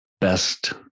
best